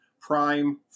prime